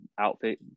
outfit